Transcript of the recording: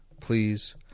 Please